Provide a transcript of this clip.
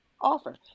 offer